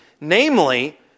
Namely